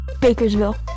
Bakersville